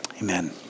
Amen